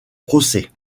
procès